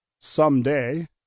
someday